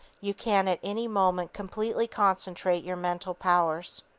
you can at any moment completely concentrate your mental powers.